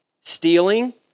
Stealing